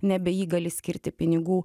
nebeįgali skirti pinigų